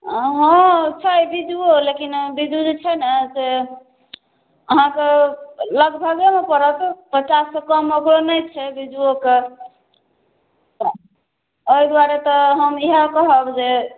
अँ छै बिजुओ लेकिन बिज्जू जे छै ने से अहाँके लगभगेमे पड़त पचाससँ कममे ओकरो नहि छै बिज्जुओके एहि दुआरे तऽ हम इएह कहब जे